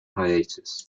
hiatus